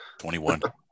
21